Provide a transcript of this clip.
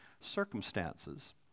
circumstances